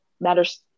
matters